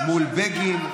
מול בגין,